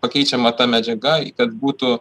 pakeičiama ta medžiaga kad būtų